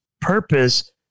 purpose